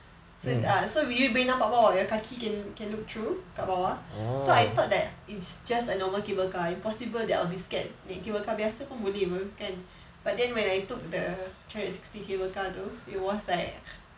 so it's err so you boleh nampak bawah your kaki can look through kat bawah so I thought that it's just a normal cable car impossible that I'll be scared naik cable car biasa boleh apa but then when I took the three hundred sixty cable car it was like